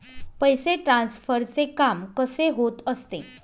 पैसे ट्रान्सफरचे काम कसे होत असते?